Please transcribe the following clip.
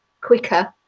quicker